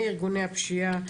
מארגוני הפשיעה,